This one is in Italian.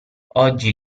oggi